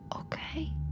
okay